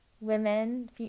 women